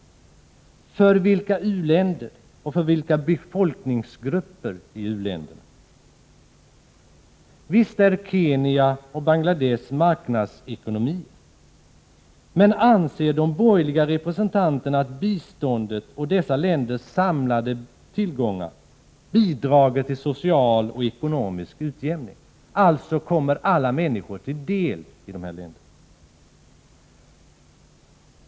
För vilka u-länder och för vilka befolkningsgrupper i u-länderna? Visst är Kenya och Bangladesh marknadsekonomier, men anser de borgerliga representanterna att biståndet och dessa länders samlade tillgångar bidrar till social och ekonomisk utjämning och alltså kommer alla människor där till del?